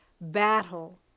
battle